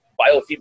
biofeedback